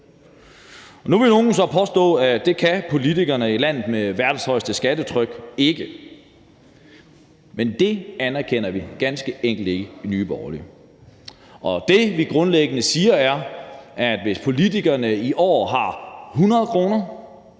Nu vil nogle så påstå, at det kan politikerne i et land med verdens højeste skattetryk ikke, men det anerkender vi ganske enkelt ikke i Nye Borgerlige. Det, vi grundlæggende siger, er, at hvis politikerne i år har 100 kr.,